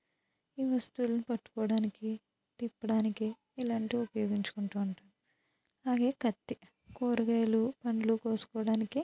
ఈ వస్తువుల్ని పట్టుకోవడానికి తిప్పడానికి ఇలాంటివి ఉపయోగించుకుంటూఉంటాను అలాగే కత్తి కురగాయలు పండ్లు కోసుకోవడానికి